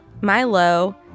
Milo